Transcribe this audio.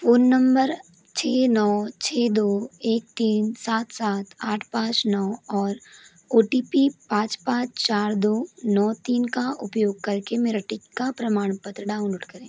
phone number छः नौ छः दो एक तीन सात सात आठ पाँच नौ और ओ टी पी पाँच पाँच चार दो नौ तीन का उपयोग करके मेरा टीका प्रमाणपत्र डाउनलोड करें